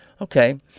Okay